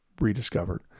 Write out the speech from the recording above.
rediscovered